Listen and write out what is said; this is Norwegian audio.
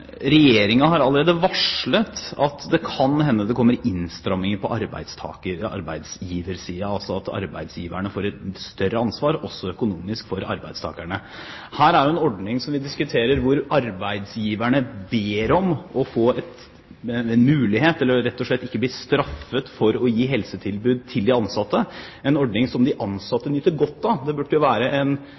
har allerede varslet at det kan hende at det kommer innstramninger på arbeidsgiversiden, altså at arbeidsgiverne får et større ansvar også økonomisk for arbeidstakerne. Her diskuterer vi en ordning hvor arbeidsgiverne ber om å få en mulighet til rett og slett ikke å bli straffet for å gi helsetilbud til de ansatte – en ordning som de ansatte nyter godt av. Det burde være